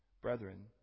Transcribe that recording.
Brethren